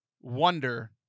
wonder